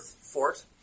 Fort